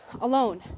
alone